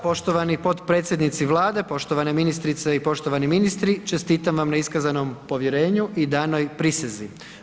Poštovani potpredsjednici Vlade, poštovane ministrice i poštovani ministri, čestitam vam na iskazanom povjerenju i danoj prisezi.